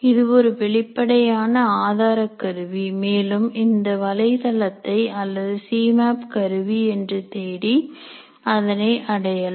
இது ஒரு வெளிப்படையான ஆதார கருவி மேலும் இந்த வலைதளத்தை அல்லது சிமேப் கருவி என்று தேடி அதனை அடையலாம்